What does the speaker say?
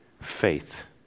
faith